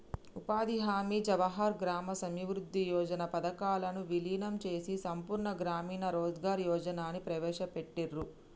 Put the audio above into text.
ఉపాధి హామీ, జవహర్ గ్రామ సమృద్ధి యోజన పథకాలను వీలీనం చేసి సంపూర్ణ గ్రామీణ రోజ్గార్ యోజనని ప్రవేశపెట్టిర్రు